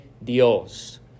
Dios